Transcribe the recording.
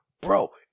Bro